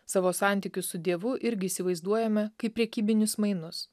savo santykius su dievu irgi įsivaizduojame kaip prekybinius mainus